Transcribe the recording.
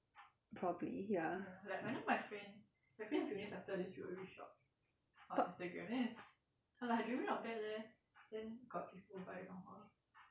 probably ya